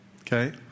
Okay